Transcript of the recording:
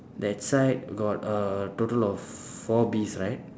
that side got uh total of four bees right